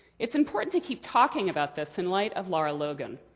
it's important to keep talking about this, in light of lara logan.